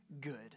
good